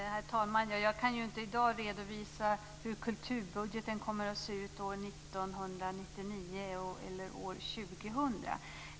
Herr talman! Jag kan ju inte i dag redovisa hur kulturbudgeten kommer att se ut år 1999 eller år 2000.